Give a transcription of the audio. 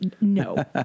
no